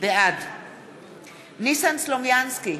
בעד ניסן סלומינסקי,